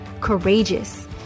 courageous